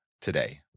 today